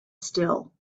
still